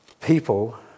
people